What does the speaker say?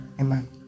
Amen